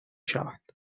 شوند